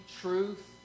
truth